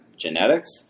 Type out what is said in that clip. genetics